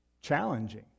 challenging